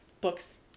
books